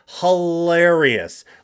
hilarious